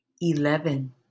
eleven